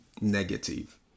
negative